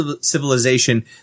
civilization